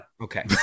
Okay